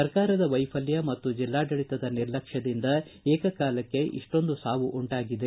ಸರ್ಕಾರದ ವೈಪಲ್ಯ ಮತ್ತು ಜಿಲ್ಲಾಡಳಿತದ ನಿರ್ಲಕ್ಷ್ಮದಿಂದ ಏಕಕಾಲದಲ್ಲಿ ಇಷ್ಟೊಂದು ಸಾವು ಉಂಟಾಗಿದೆ